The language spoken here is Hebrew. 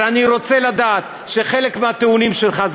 אבל אני רוצה לומר שחלק מהטיעונים שלך,